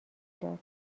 داد